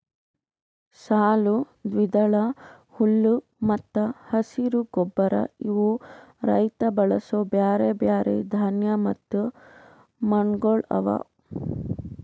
ಸಾಲು, ದ್ವಿದಳ, ಹುಲ್ಲು ಮತ್ತ ಹಸಿರು ಗೊಬ್ಬರ ಇವು ರೈತ ಬಳಸೂ ಬ್ಯಾರೆ ಬ್ಯಾರೆ ಧಾನ್ಯ ಮತ್ತ ಮಣ್ಣಗೊಳ್ ಅವಾ